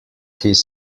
his